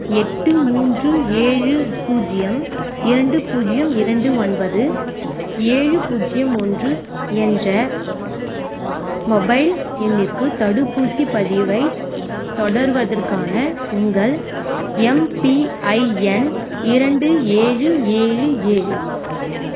எட்டு மூன்று ஏழு பூஜ்ஜியம் இரண்டு பூஜ்ஜியம் இரண்டு ஒன்பது ஏழு பூஜ்ஜியம் ஒன்று என்ற மொபைல் எண்ணிற்கு தடுப்பூசி பதிவை தொடர்வதற்கான உங்கள் எம்பிஐஎன் இரண்டு ஏழு ஏழு ஏழு